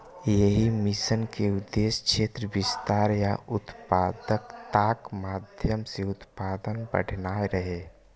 एहि मिशन के उद्देश्य क्षेत्र विस्तार आ उत्पादकताक माध्यम सं उत्पादन बढ़ेनाय रहै